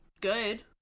good